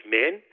men